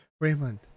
Raymond